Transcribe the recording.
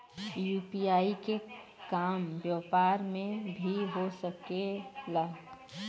UPI के काम व्यापार में भी हो सके ला?